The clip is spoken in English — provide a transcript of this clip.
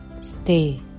Stay